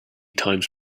times